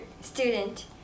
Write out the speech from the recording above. student